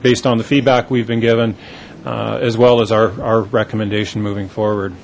based on the feedback we've been given as well as our recommendation moving forward